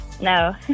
No